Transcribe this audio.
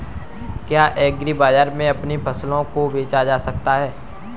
क्या एग्रीबाजार में अपनी फसल को बेचा जा सकता है?